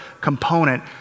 component